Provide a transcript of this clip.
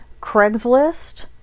Craigslist